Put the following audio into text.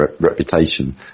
reputation